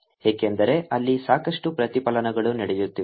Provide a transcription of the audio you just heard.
ಏಕೆಂದರೆ ಅಲ್ಲಿ ಸಾಕಷ್ಟು ಪ್ರತಿಫಲನಗಳು ನಡೆಯುತ್ತಿವೆ